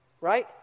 right